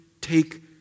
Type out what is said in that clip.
take